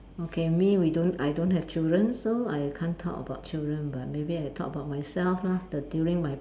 okay me we don't I don't have children so I can't talk about children but maybe I talk about myself lah the during my